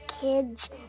kids